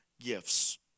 gifts